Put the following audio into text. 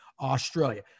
Australia